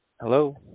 Hello